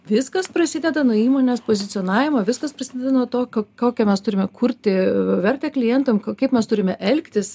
viskas prasideda nuo įmonės pozicionavimo viskas prasideda nuo to ko kokią mes turime kurti vertę klientam k kaip mes turime elgtis